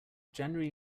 january